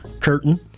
curtain